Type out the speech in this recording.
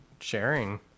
sharing